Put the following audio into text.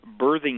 birthing